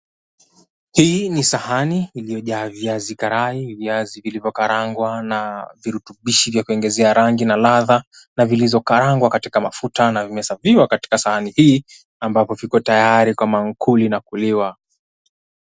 Hii ni sahani iliyojaa viazi karai, viazi vilivyokarangwa na virutubishi vya kuongezea rangi na ladha na vilizokarangwa katika mafuta na wimesaviwa katika sahani hii ambapo kiko tayari kwa maamkuli na kuliwa.